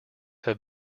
have